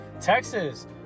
texas